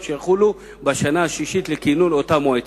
שיחולו בשנה השישית לכינון אותה מועצה.